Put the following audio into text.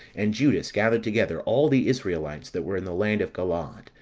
and judas gathered together all the israelites that were in the land of galaad,